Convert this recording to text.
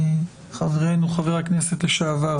חברנו חבר הכנסת לשעבר,